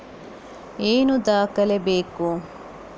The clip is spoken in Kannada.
ಏನು ದಾಖಲೆ ಬೇಕು?